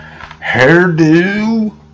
hairdo